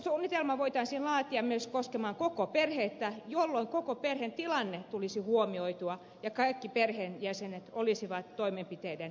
suunnitelma voitaisiin laatia myös koskemaan koko perhettä jolloin koko perheen tilanne tulisi huomioitua ja kaikki perheenjäsenet olisivat toimenpiteiden piirissä